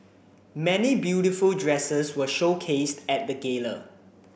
many beautiful dresses were showcased at the gala